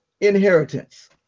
inheritance